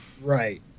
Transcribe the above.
Right